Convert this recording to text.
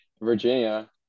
Virginia